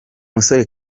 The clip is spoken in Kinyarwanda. musore